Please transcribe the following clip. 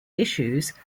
issues